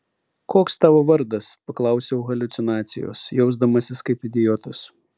koks tavo vardas paklausiau haliucinacijos jausdamasis kaip idiotas